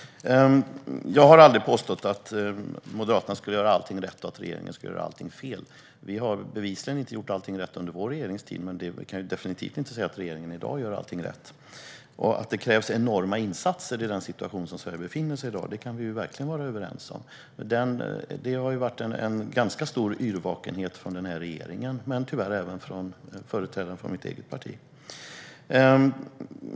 Jag har aldrig påstått att Moderaterna skulle göra allting rätt och att regeringen skulle göra allting fel. Vi har bevisligen inte gjort allting rätt under vår regeringstid, men vi kan definitivt inte heller säga att regeringen i dag gör allting rätt. Att det krävs enorma insatser i den situation som Sverige i dag befinner sig i kan vi verkligen vara överens om. Det har ju varit en ganska stor yrvakenhet från regeringen, men tyvärr även från företrädare för mitt eget parti.